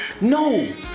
No